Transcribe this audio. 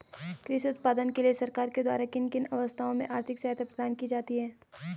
कृषि उत्पादन के लिए सरकार के द्वारा किन किन अवस्थाओं में आर्थिक सहायता प्रदान की जाती है?